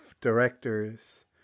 directors